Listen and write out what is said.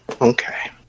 Okay